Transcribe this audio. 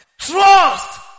trust